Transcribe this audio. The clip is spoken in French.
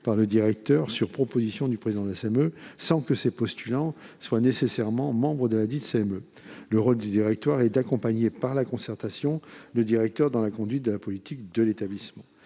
par le directeur sur proposition du président de la CME, sans que les postulants soient nécessairement membres de cette dernière. Le rôle du directoire est d'accompagner le directeur par la concertation dans la conduite de la politique de l'établissement.